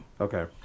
Okay